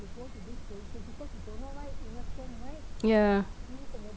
ya